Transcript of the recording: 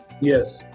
Yes